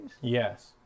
Yes